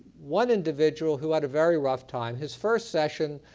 one individual who had a very rough time. his first session,